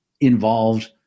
involved